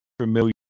familiar